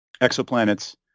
exoplanets